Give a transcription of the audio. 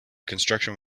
construction